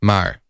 Maar